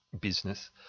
business